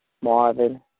Marvin